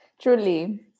Truly